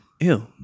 Ew